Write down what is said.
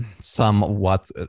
somewhat